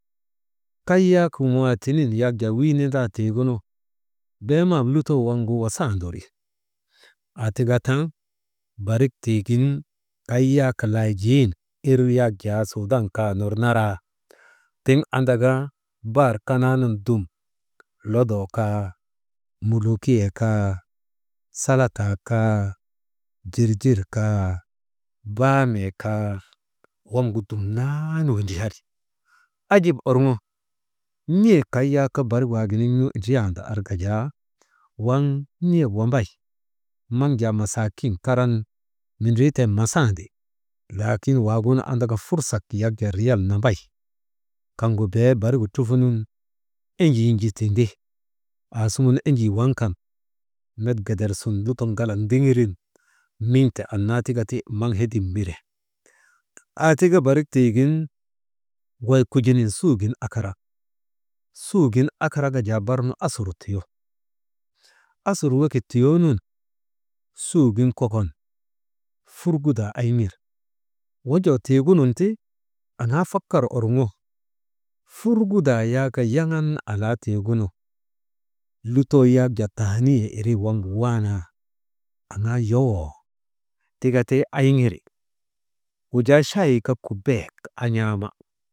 Kay yak muwaatinin yak jaa wii nindaa tiigunu bee map lutoo waŋgu wasanderi aa tika ta barik tiigin kayak laajiyin, irii yak jaa suudan kaa ner naraa tiŋ andaka bahar kanaa nun dum lodoo kaa, muliikiyee kaa salataa kaa, jirjir kaa, baamii kaa waŋgu dumnaan windriyari ajip urŋo n̰e kay yak barik waaginiŋnu indriyanda arka jaa, waŋ niyek wambay, maŋ jaa masaa kin karan mindrii ten masandi, laakin waagunu andaka fursak yak jaa riyal nambay kaŋgu bee barigu trufunun enjin ju tindi, aasuŋun enjii waŋ kan met geder sun lutok ŋalak ndiŋirin min̰te anna tika ti maŋ hedim mire aa tik barik tiigin wey kujinin suugin akara, suugin akara ka jaa bar nu asur tuyo, asur yekit tuyoo nun suugin kokon, furgudaa ayŋiri wonjoo tiigunun ti aŋaa fakar orŋo furgudaa yak yaŋan alaa tiigunu, lutoo yak jaa tahaniyee irii waŋgu waanaa aŋaa yowoo tika ti ayiŋiri, wujaa chayee kaa kubayek an̰aama.